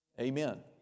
Amen